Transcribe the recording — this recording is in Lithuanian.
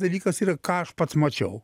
dalykas ir ką aš pats mačiau